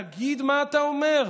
תגיד מה אתה אומר.